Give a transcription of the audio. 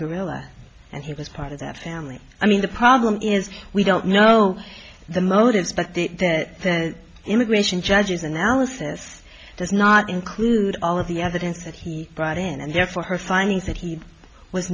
guerrilla and he was part of that family i mean the problem is we don't know the motives but the that immigration judges analysis does not include all of the evidence that he brought in and therefore her findings that he was